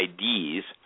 IDs